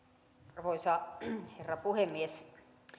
arvoisa herra puhemies